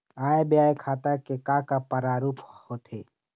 आय व्यय खाता के का का प्रारूप होथे?